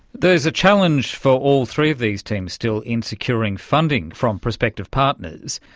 there's a challenge for all three of these teams still in securing funding from prospective partners.